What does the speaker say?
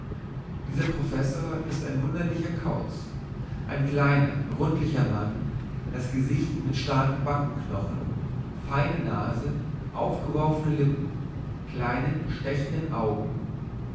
dieser professor ist ein wunderlicher kauz ein kleiner rundlicher mann das gesicht mit starken backenknochen feiner nase aufgeworfenen lippen kleinen stechenden augen